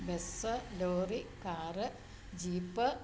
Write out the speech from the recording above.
bus lorry car jeep